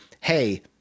hey